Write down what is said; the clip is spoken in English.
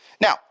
Now